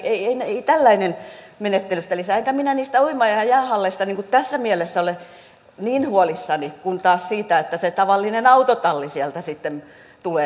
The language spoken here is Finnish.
ei tällainen menettely sitä lisää enkä minä niistä uima ja jäähalleista tässä mielessä ole niin huolissani kuin taas siitä että se tavallinen autotalli sieltä sitten tulee